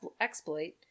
exploit